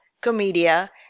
comedia